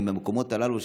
מהמקומות הללו,